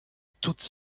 toute